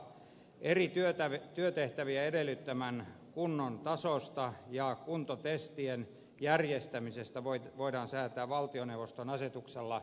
eri työtehtävien edellyttämän kunnon tasosta ja kuntotestien järjestämisestä voidaan säätää valtioneuvoston asetuksella